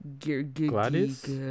Gladius